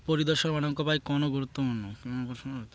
ପରିଦର୍ଶକମାନଙ୍କ ପାଇଁ କ'ଣ ଗୁରୁତ୍ୱପୂର୍ଣ୍ଣ